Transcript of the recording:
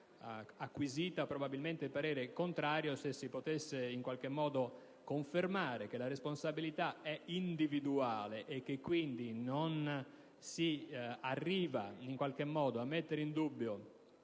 acquisito probabilmente il parere contrario, se si potesse in qualche modo confermare che la responsabilità è individuale, non arrivando quindi a mettere in dubbio